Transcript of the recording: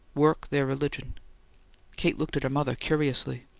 work their religion kate looked at her mother curiously.